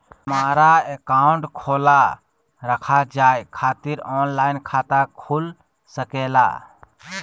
हमारा अकाउंट खोला रखा जाए खातिर ऑनलाइन खाता खुल सके ला?